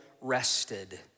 rested